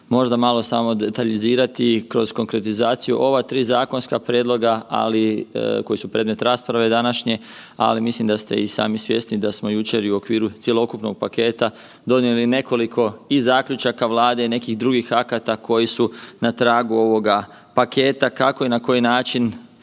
možda malo samo detaljizirati i kroz konkretizaciju ova 3 zakonska prijedloga, ali, koji su predmet rasprave današnje, ali mislim da ste i sami svjesni da smo jučer i u okviru cjelokupnog paketa donijeli nekoliko i zaključaka Vlade i nekih drugih akata koji su na tragu ovoga paketa, kako i na koji način